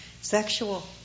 Sexual